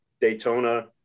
Daytona